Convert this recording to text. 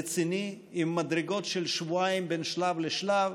רציני, עם מדרגות של שבועיים בין שלב לשלב.